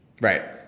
Right